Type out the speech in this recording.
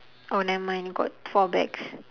oh never mind got four bags